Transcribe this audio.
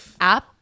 app